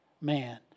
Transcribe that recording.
man